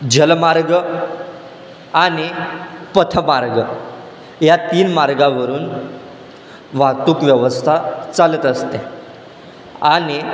जलमार्ग आणि पथमार्ग या तीन मार्गावरून वाहतूक व्यवस्था चालत असते आणि